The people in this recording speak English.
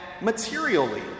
materially